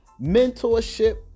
mentorship